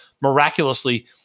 miraculously